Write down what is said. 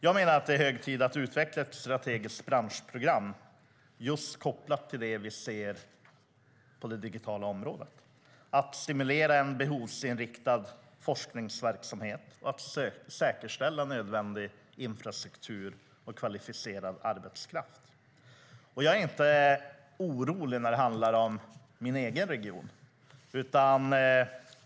Jag menar att det är hög tid att utveckla ett strategiskt branschprogram just kopplat till det vi ser på det digitala området, det vill säga att stimulera en behovsinriktad forskningsverksamhet, att säkerställa nödvändig infrastruktur och kvalificerad arbetskraft. Jag är inte orolig när det handlar om min egen region.